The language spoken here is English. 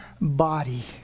body